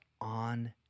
on